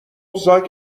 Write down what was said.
زاک